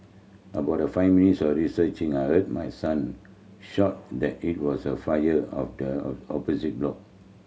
about five minutes of searching I heard my son shout in that it was a fire of the opposite block